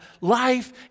life